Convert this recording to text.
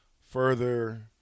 further